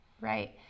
Right